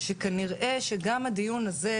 שכנראה שגם הדיון הזה,